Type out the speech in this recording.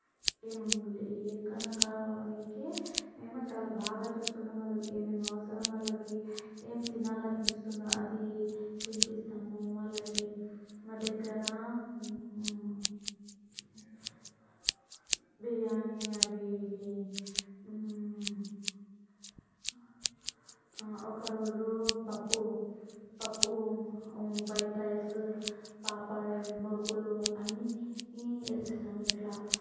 ఏం ఏకం కావడానికి మేము అన్ని చాలా బాగా చూసుకుంటాం వాళ్ళని ఏమేమి అవసరమో వాళ్ళకి ఏం తినాలి అనిపిస్తుందా అది తినిపిస్తాము వాళ్ళకి మా దగ్గర బిర్యానీ అవి ఒక రోజు పప్పు పప్పు వైట్ రైస్ పాపాడ్ మురుకులు అన్నీ వేసి ఇస్తాను ఇట్లా